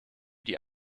die